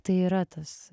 tai yra tas